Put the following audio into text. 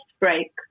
break